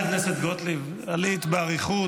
סליחה,